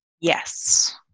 yes